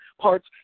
parts